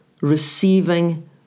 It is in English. receiving